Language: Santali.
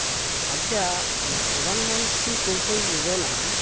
ᱚ ᱟᱪᱪᱷᱟ ᱚᱱᱟ ᱯᱨᱚᱫᱷᱟᱱ ᱢᱚᱱᱛᱨᱤ ᱠᱳᱥᱚᱞ ᱡᱳᱡᱚᱱᱟ